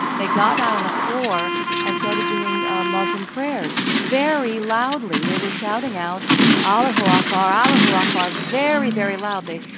they got down on the floor and started doing muslim prayers very loudly. they were shouting out allahu akbar! allahu akbar! very, very loudly.